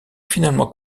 finalement